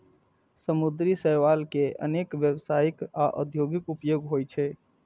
समुद्री शैवाल केर अनेक व्यावसायिक आ औद्योगिक उपयोग होइ छै